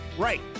Right